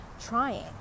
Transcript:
trying